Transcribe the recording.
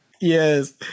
Yes